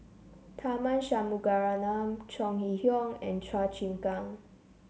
Tharman Shanmugaratnam Chong Hee Hiong and Chua Chim Kang